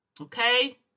okay